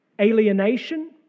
alienation